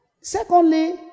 Secondly